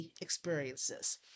experiences